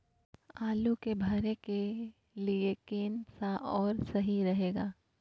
आलू के भरे के लिए केन सा और सही रहेगा?